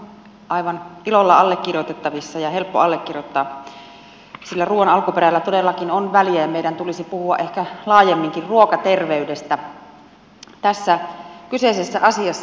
tämä on aivan ilolla allekirjoitettavissa ja helppo allekirjoittaa sillä ruuan alkuperällä todellakin on väliä ja meidän tulisi puhua ehkä laajemminkin ruokaterveydestä tässä kyseisessä asiassa